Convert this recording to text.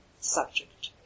subject